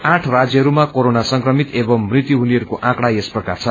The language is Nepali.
आठ राज्यहरूमा कोरोना संक्रमित एवं मूलू हुनेहरूको आँकड़ा यस प्रकार छन्